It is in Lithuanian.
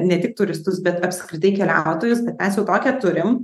ne tik turistus bet apskritai keliautojus mes jau tokią turim